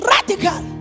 Radical